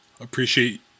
appreciate